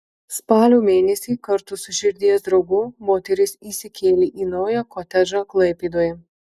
spalio mėnesį kartu su širdies draugu moteris įsikėlė į naują kotedžą klaipėdoje